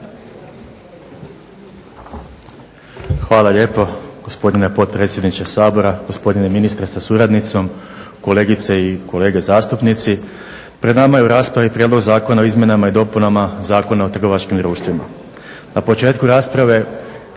Hvala lijepo gospodine potpredsjedniče Sabora, gospodine ministre sa suradnicom, kolegice i kolege zastupnici. Pred nama je raspravi Prijedlog zakona o izmjenama i dopunama Zakona o trgovačkim društvima. Na početku rasprave